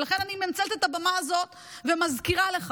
ולכן, אני מנצלת את הבמה הזאת ומזכירה לך: